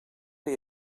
que